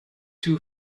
two